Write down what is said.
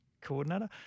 coordinator